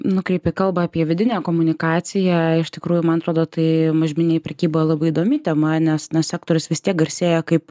nukreipei kalbą apie vidinę komunikaciją iš tikrųjų man atrodo tai mažmeninė prekyba labai įdomi tema nes na sektorius vis tiek garsėja kaip